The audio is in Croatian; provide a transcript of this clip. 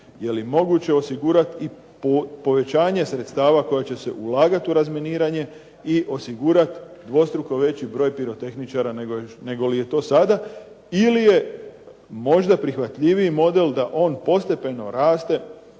Je li moguće osigurati i povećanje sredstva koja će se ulagati u razminiranje i osigurati dvostruko veći broj pirotehničara nego li je to sada ili je možda prihvatljiviji model da on postepeno raste